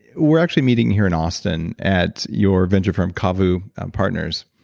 we're actually meeting here in austin at your venture firm, cavu partners